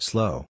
Slow